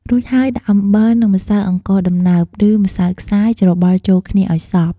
រួចហើយដាក់អំបិល និងម្សៅអង្ករដំណើប ឬម្សៅខ្សាយ ច្របល់ចូលគ្នាឱ្យសព្វ។